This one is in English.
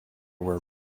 were